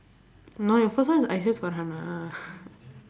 no your first one is farhana